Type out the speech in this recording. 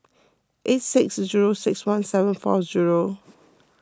eight six zero six one seven four zero